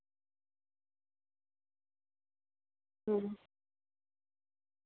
अं